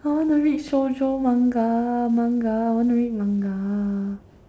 I wanna read watch shoujo manga manga I wanna read manga